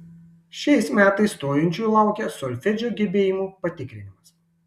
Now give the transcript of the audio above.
šiais metais stojančiųjų laukia solfedžio gebėjimų patikrinimas